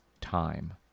time